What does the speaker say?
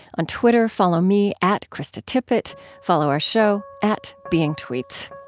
on twitter, follow me at kristatippett follow our show at beingtweets